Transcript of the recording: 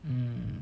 mm